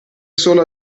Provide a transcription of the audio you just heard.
solo